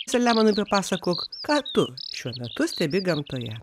saliamonai papasakok ką tu šiuo metu stebi gamtoje